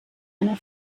einer